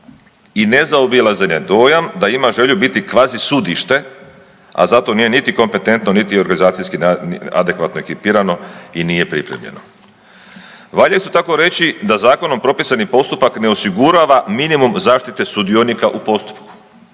i nezaobilazan je dojam da ima želju biti kvazi sudište, a za to nije niti kompetentno, niti organizacijski adekvatno ekipirano i nije pripremljeno. Valja isto tako reći da zakonom propisani postupak ne osigurava minimum zaštite sudionika u postupku.